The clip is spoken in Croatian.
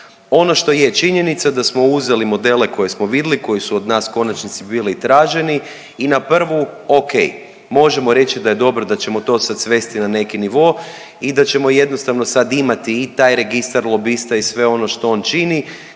Ono što je činjenica da smo uzeli modele koje smo vidli koji su od nas u konačnici bili i traženi i na prvu ok. Možemo reći da je dobro da ćemo to sad svesti na neki nivo i da ćemo jednostavno sad imati i taj registar lobista i sve ono što on čini,